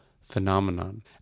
phenomenon